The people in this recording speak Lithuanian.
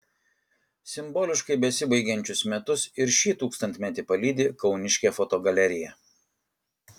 simboliškai besibaigiančius metus ir šį tūkstantmetį palydi kauniškė fotogalerija